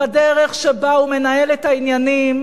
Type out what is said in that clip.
בדרך שבה הוא מנהל את העניינים,